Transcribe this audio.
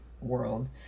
world